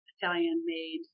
Italian-made